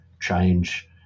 change